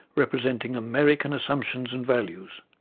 representing american assumptions and values.